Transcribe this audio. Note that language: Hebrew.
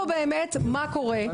חוץ מטיבי.